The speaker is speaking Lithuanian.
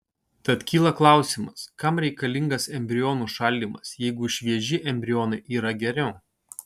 tad kyla klausimas kam reikalingas embrionų šaldymas jeigu švieži embrionai yra geriau